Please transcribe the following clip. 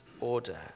order